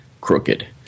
crooked